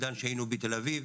עדין שהיינו בתל אביב,